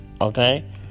okay